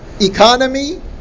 economy